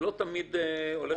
זה לא תמיד הולך ביחד.